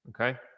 okay